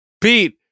Pete